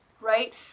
right